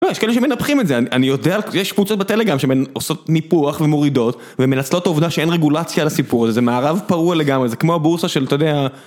לא, יש כאלה שמנפחים את זה, אני יודע, יש קבוצות בטלגרם שהן עושות ניפוח ומורידות ומנצלות את העובדה שאין רגולציה לסיפור הזה, מערב פרוע לגמרי, זה כמו הבורסה של אתה יודע...